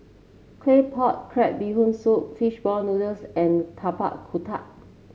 Claypot Crab Bee Hoon Soup fish ball noodles and Tapak Kuda